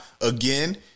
again